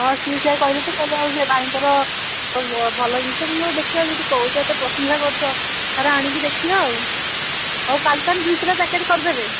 ହଁ ସିଏ ସେଇଆ କହିଲେ ତ କହିଲେ ଆଉ ସେ ଭାଇଙ୍କର ଭଲ ଜିନିଷ ମୁଁ କହିଲି ହଉ ଦେଖିବା କହୁଛ ଯଦି ଏତେ ପ୍ରଶଂସା କରୁଛ ଥରେ ଆଣିକି ଦେଖିବା ଆଉ ହଉ କାଲି ତାହେଲେ ଦୁଇ ଶହଟା ପେକେଟ୍ କରିଦେବେ